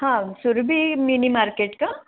हां Surabhi mini market का